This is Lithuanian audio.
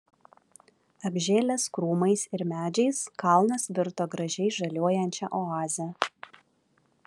apžėlęs krūmais ir medžiais kalnas virto gražiai žaliuojančia oaze